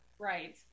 Right